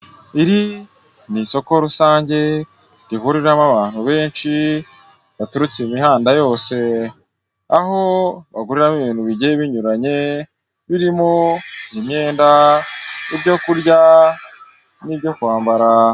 iri ni isoko rusange rihuriramo abantu benshi baturutse imihanda yose, aho baguriramo ibintu bigiye binyuranye birimo imyenda, ibyo kurya n'ibyo kwambara.